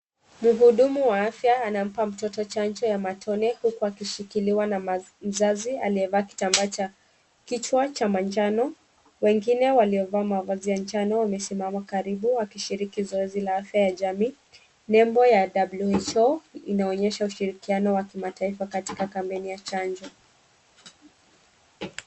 Mhudumu wa afya anampa mtoto chanjo ya matone huku akishikiliwa na mzazi aliyevaa kitambaa cha kichwa cha manjano, wengine waliovaa mavazi ya njano wamesimama karibu wakishiriki zoezi la afya ya jamii. Nembo ya WHO inaonyesha ushirikiano wa kimataifa katika kampeni ya chanjo.